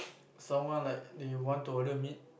someone like they want to order meat